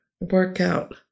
Workout